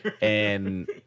And-